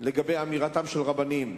לגבי אמירתם של רבנים,